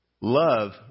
Love